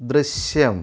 ദൃശ്യം